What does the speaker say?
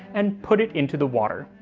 and put it into the water.